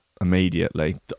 immediately